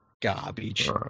garbage